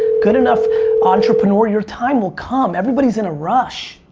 good enough entrepreneur, you're time will come. everybody's in a rush.